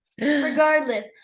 regardless